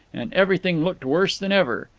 and everything looked worse than ever.